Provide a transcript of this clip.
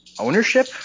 ownership